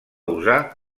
usar